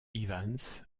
evans